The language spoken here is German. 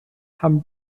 haben